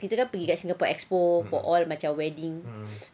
kita kan pergi kat singapore expo for all macam weddings